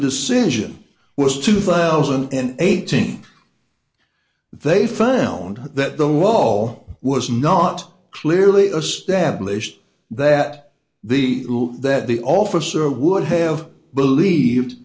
decision was two thousand and eighteen they found that the law was not clearly established that the that the officer would have believed